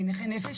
5,000 נכי נפש